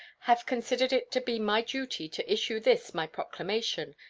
have considered it to be my duty to issue this my proclamation,